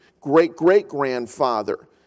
great-great-grandfather